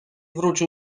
wrócił